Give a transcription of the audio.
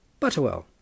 Butterwell